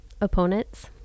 opponents